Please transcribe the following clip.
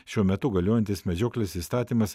šiuo metu galiojantis medžioklės įstatymas